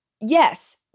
yes